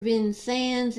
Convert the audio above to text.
vincennes